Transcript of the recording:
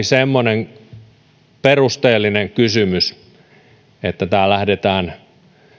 semmoinen perusteellinen kysymys tässä on se että tämä lähdetään